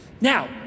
Now